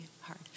hard